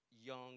young